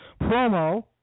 promo